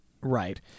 Right